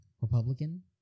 Republican